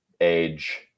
age